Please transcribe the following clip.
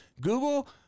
Google